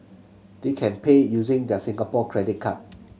they can pay using their Singapore credit card